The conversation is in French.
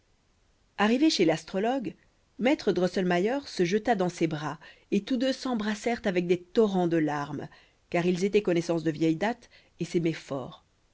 arrivé chez l'astrologue maître drosselmayer se jeta dans ses bras et tous deux s'embrassèrent avec des torrents de larmes car ils étaient connaissances de vieille date et s'aimaient fort